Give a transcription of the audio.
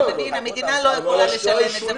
המדינה לא יכולה לשלם את זה,